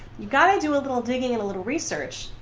you got to do a little digging in, a little research.